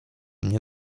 mnie